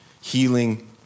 healing